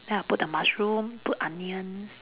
then I put the mushroom put onions